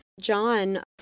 John